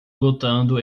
lutando